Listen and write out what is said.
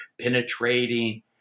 penetrating